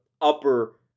upper